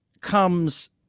comes